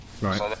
Right